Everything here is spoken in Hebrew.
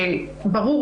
שברור,